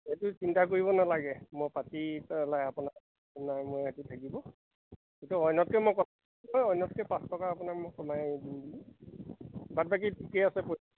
এইটো চিন্তা কৰিব নালাগে মই পাতি পেলাই আপোনাক মই থাকিব মই অন্যতকে পাঁচ টকা আপোনাক মই কমাই দিম দিম বাকী ঠিকে আছে